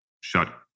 shut